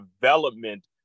development